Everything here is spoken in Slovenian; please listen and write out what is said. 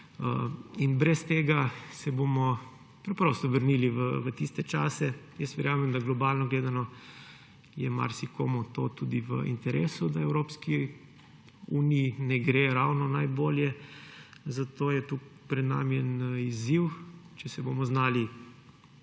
Brez tega se bomo preprosto vrnili v tiste čase. Verjamem, da je globalno gledano marsikomu tudi v interesu to, da Evropski uniji ne gre ravno najbolje, zato je pred nami en izziv. Če si bomo znali